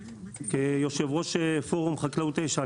כיושב ראש פורום חקלאות 9,